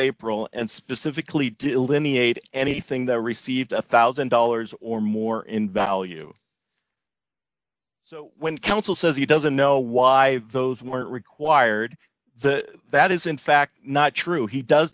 april and specifically delineate anything that received a one thousand dollars or more in value so when counsel says he doesn't know why those weren't required that is in fact not true he does